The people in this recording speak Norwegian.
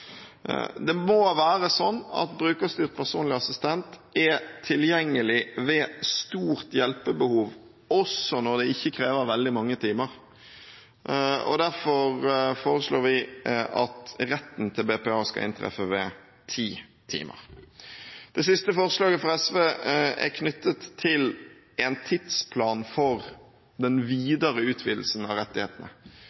Det må være sånn at brukerstyrt personlig assistent er tilgjengelig ved stort hjelpebehov også når det ikke krever veldig mange timer. Derfor foreslår vi at retten til BPA skal inntreffe ved ti timer. Det siste forslaget fra SV er knyttet til en tidsplan for den videre utvidelsen av rettighetene. Vi